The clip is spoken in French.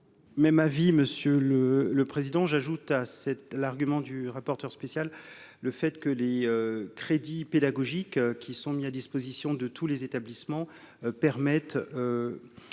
Même avis monsieur le le président j'ajoute à cette l'argument du rapporteur spécial, le fait que les crédits pédagogiques qui sont mis à disposition de tous les établissements permettent